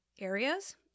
areas